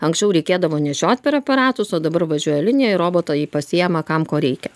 anksčiau reikėdavo nešiot preparatus o dabar važiuoja linija ir roboto jį pasiima kam ko reikia